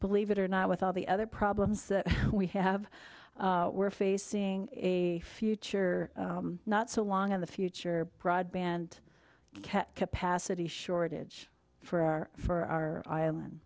believe it or not with all the other problems that we have we're facing a future not so long in the future broadband capacity shortage for our for our island